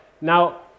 Now